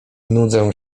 nudzę